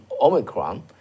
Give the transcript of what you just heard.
Omicron